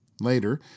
Later